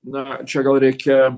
na čia gal reikia